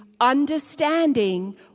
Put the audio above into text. understanding